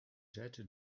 jed